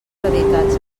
editats